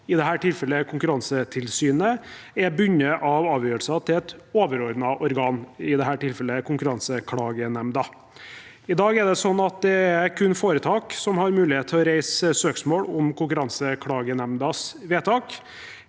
i dette tilfellet Konkurransetilsynet, er bundet av avgjørelsene til et overordnet organ, i dette tilfellet Konkurranseklagenemnda. I dag er det slik at det kun er foretak som har mulighet til å reise søksmål om Konkurranseklagenemndas vedtak.